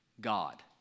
God